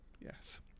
Yes